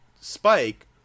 spike